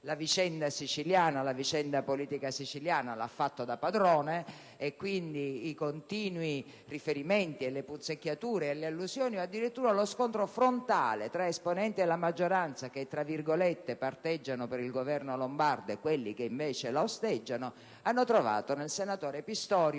stessa maggioranza. La vicenda politica siciliana l'ha fatta da padrone: i continui riferimenti, le punzecchiature, le allusioni e addirittura lo scontro frontale tra esponenti della maggioranza che «parteggiano» per il Governo Lombardo e quelli che lo osteggiano hanno trovato nel senatore Pistorio